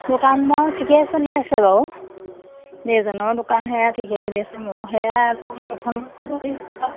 দোকান বাৰু ঠিকে চলি আছে বাৰু এইজনৰ দোকান সেয়া ঠিকে চলি আছে